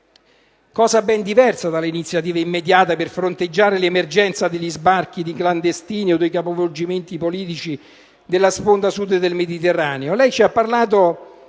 cosa ben diversa dalle iniziative immediate per fronteggiare l'emergenza degli sbarchi di clandestini o dei capovolgimenti politici nella sponda Sud del Mediterraneo.